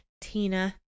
Tina